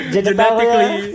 Genetically